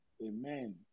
Amen